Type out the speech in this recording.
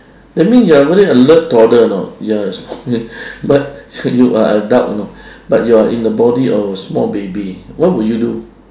that mean you are really alert toddler know you're but you are adult you know but you're in the body of a small baby what will you do